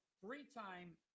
three-time